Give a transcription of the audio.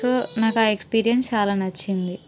so నాకు ఆ experience చాలా నచ్చింది